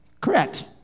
correct